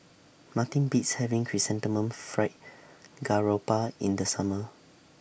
Nothing Beats having Chrysanthemum Fried Garoupa in The Summer